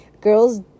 girls